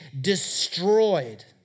destroyed